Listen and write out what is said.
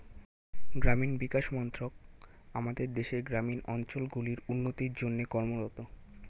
গ্রামীণ বিকাশ মন্ত্রক আমাদের দেশের গ্রামীণ অঞ্চলগুলির উন্নতির জন্যে কর্মরত